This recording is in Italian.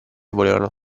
volevano